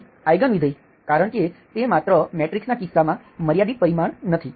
અહીં આઈગન વિધેય કારણ કે તે માત્ર મેટ્રિક્સના કિસ્સામાં મર્યાદિત પરિમાણ નથી